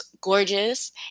gorgeous